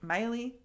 Miley